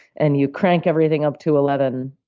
and you crank everything up to eleven.